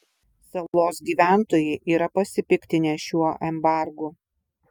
salos gyventojai yra pasipiktinę šiuo embargu